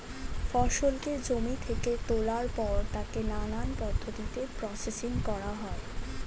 ফসলকে জমি থেকে তোলার পর তাকে নানান পদ্ধতিতে প্রসেসিং করা হয়